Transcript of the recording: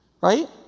Right